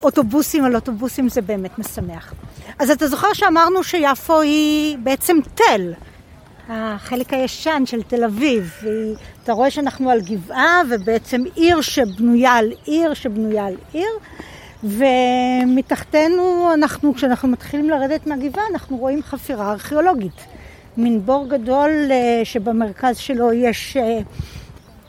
אוטובוסים על אוטובוסים זה באמת משמח. אז אתה זוכר שאמרנו שיפו היא בעצם תל, החלק הישן של תל אביב. אתה רואה שאנחנו על גבעה ובעצם עיר שבנויה על עיר, שבנויה על עיר. ומתחתנו, כשאנחנו מתחילים לרדת מהגבעה, אנחנו רואים חפירה ארכיאולוגית. מן בור גדול שבמרכז שלו יש...